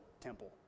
temple